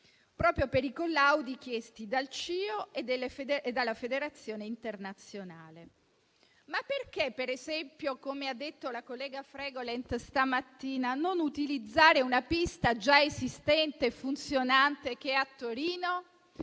olimpico internazionale e dalla Federazione internazionale. Ma perché, per esempio, come ha detto la collega Fregolent stamattina, non utilizzare una pista già esistente e funzionante che è a Torino?